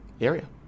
area